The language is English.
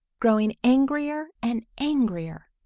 growing angrier and angrier.